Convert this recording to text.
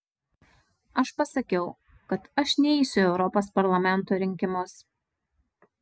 aš pasakiau kad aš neisiu į europos parlamento rinkimus